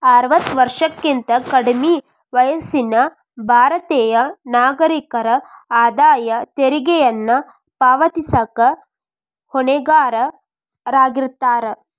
ಅರವತ್ತ ವರ್ಷಕ್ಕಿಂತ ಕಡ್ಮಿ ವಯಸ್ಸಿನ ಭಾರತೇಯ ನಾಗರಿಕರ ಆದಾಯ ತೆರಿಗೆಯನ್ನ ಪಾವತಿಸಕ ಹೊಣೆಗಾರರಾಗಿರ್ತಾರ